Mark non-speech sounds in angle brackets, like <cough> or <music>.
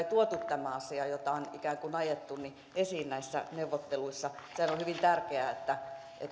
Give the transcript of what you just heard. <unintelligible> tuotu tämä asia jota on ikään kuin ajettu esiin näissä neuvotteluissa sehän on hyvin tärkeää että